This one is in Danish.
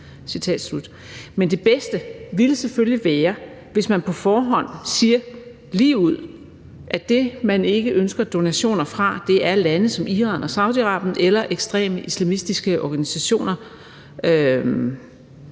Det bedste ville selvfølgelig være, hvis man på forhånd sagde ligeud, at det, man ikke ønsker donationer fra, er lande som Iran og Saudi-Arabien eller ekstreme islamistiske organisationer,